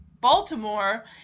Baltimore